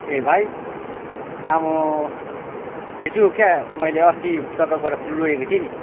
ए भाइ आमामाम हिजो क्या मैले अस्ती तपाईँकोबाट फुल लगेको थिएँ नि